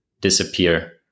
disappear